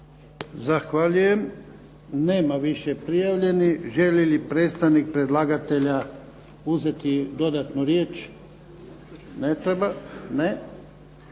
Zahvaljujem. Nema više prijavljenih. Želi li predstavnik predlagatelja uzeti dodatno riječ? Ne.